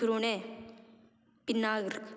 सुकुरुणे पिनाग्र